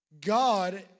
God